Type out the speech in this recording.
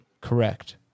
Correct